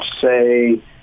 say